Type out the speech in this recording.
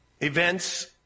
events